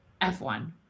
f1